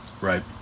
Right